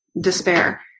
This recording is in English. despair